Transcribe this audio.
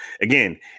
again